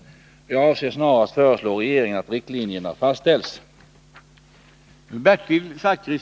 Jag avser snarast föreslå regeringen att riktlinjerna fastställs.